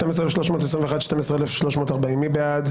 12,261 עד 12,280, מי בעד?